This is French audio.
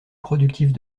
productives